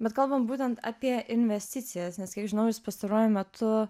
bet kalbam būtent apie investicijas nes kiek žinau jūs pastaruoju metu